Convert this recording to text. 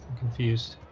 confused.